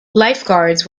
lifeguards